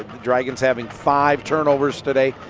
the dragons having five turnovers today,